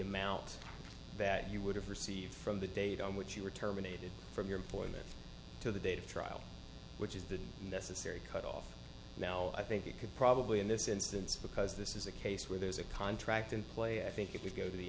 amount that you would have received from the date on which you were terminated from your employment to the date of trial which is the necessary cut off now i think you could probably in this instance because this is a case where there's a contract in play i think it would go to the